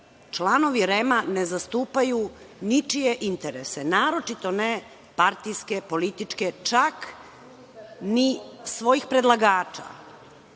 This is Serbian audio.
članovi REM-a ne zastupaju ničije interese, naročito ne partijske, političke, čak ni svojih predlagača,